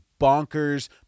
bonkers